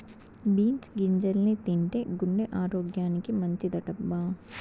beans గింజల్ని తింటే గుండె ఆరోగ్యానికి మంచిదటబ్బా